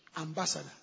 ambassador